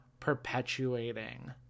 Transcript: perpetuating